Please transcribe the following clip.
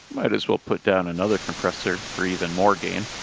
might as well put down another compressor for even more gain.